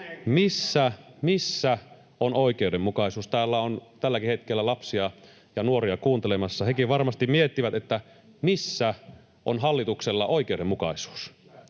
missä on oikeudenmukaisuus? Täällä on tälläkin hetkellä lapsia ja nuoria kuuntelemassa. Hekin varmasti miettivät, missä on hallituksella oikeudenmukaisuus.